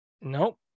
Nope